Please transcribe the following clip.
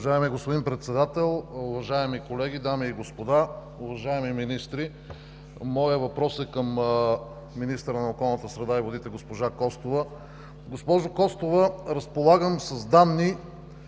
Уважаеми господин Председател, уважаеми колеги, дами и господа, уважаеми министри! Моят въпрос е към уважаемия министър на околната среда и водите госпожа Костова. Госпожо Костова, разполагам с данни,